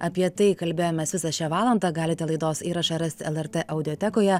apie tai kalbėjomės visą šią valandą galite laidos įrašą rasite lrt audiotekoje